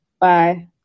Bye